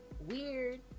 weird